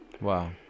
Wow